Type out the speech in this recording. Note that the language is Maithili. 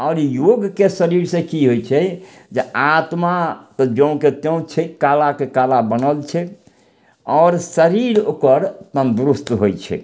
आओर योगके शरीरसँ की होइ छै जे आत्मा तऽ ज्योंके त्यों छै कालाके काला बनल छै आओर शरीर ओकर तन्दुरुस्त होइ छै